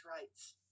rights